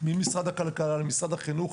ממשרד הכלכלה למשרד החינוך.